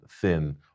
thin